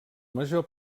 major